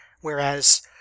whereas